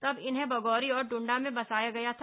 तब इन्हें बगोरी और ड्डा में बसाया गया था